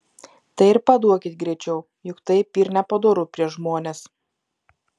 tai ir paduokit greičiau juk taip yr nepadoru prieš žmones